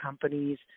companies